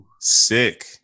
Sick